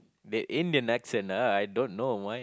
the Indian accent ah I don't know why